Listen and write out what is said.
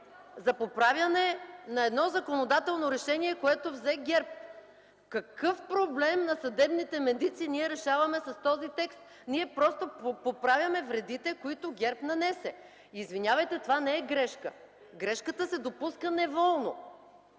за поправяне на едно законодателно решение, което взе ГЕРБ. Какъв проблем на съдебните медици ние решаваме с този текст? Ние просто поправяме вредите, които ГЕРБ нанесе. Извинявайте, това не е грешка. Грешката се допуска неволно.